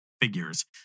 figures